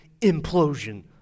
implosion